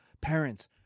parents